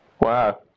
Wow